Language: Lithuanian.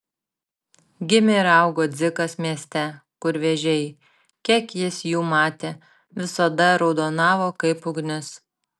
gimė ir augo dzikas mieste kur vėžiai kiek jis jų matė visada raudonavo kaip ugnis